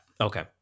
Okay